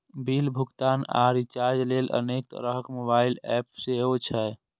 bill भुगतान आ recharge लेल अनेक तरहक मोबाइल एप सेहो छै